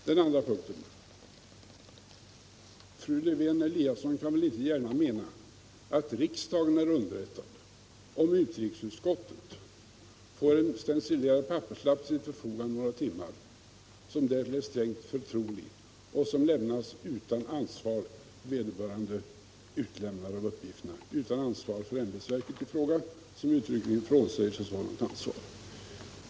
För det andra: Fru Lewén-Eliasson kan väl inte gärna mena att riksdagen är underrättad, om utrikesutskottet under några timmar till sitt förfogande får en stencilerad papperslapp, som därtill är strängt förtrolig och som av vederbörande utlämnare av uppgifterna lämnas utan ansvar för ämbetsverket i fråga, som uttryckligen frånsäger sig sådant ansvar!